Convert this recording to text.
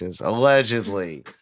Allegedly